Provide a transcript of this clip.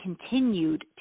continued